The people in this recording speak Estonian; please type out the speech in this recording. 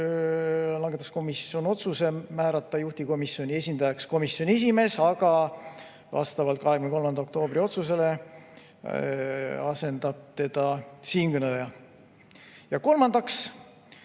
langetas komisjon otsuse määrata juhtivkomisjoni esindajaks komisjoni esimees, aga vastavalt 23. oktoobri otsusele asendab teda siinkõneleja. Ja kolmandaks